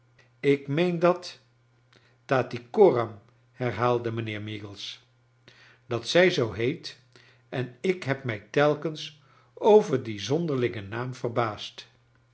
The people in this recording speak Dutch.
ik meen dat tattycoram herhaalde mijnheer meagles dat zij zoo heet en ik heb mij telkens over dien zonderlingen naam verbaasd